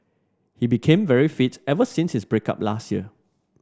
he became very fit ever since his break up last year